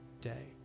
day